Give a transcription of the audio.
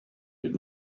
did